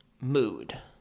mood